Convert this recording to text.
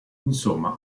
insomma